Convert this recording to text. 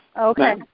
Okay